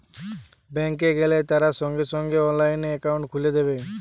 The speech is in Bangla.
ব্যাঙ্ক এ গেলে তারা সঙ্গে সঙ্গে অনলাইনে একাউন্ট খুলে দেবে